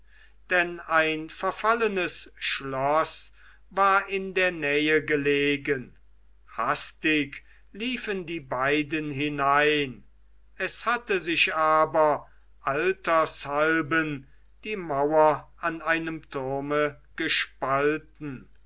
es geschichten ein verfallenes schloß war in der nähe gelegen hastig liefen die beiden hinein es hatte sich aber altershalben die mauer in einem turme gespalten